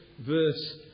verse